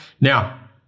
Now